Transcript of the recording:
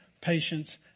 patience